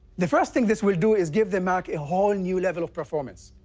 the first thing this will do is give the mac a whole new level of performance.